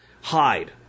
Hide